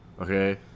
okay